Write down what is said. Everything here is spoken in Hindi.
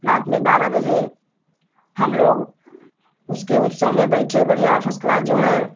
रात में बारह बजे हमलोग उसके उत्सव में बैठे बढ़ियाँ फर्स्ट क्लास जो है